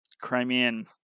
Crimean